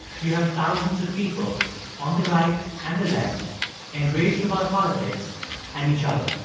you have thousands of people on the right and the left enraged about politics and each other